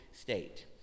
state